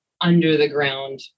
under-the-ground